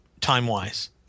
time-wise